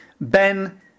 Ben